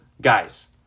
guys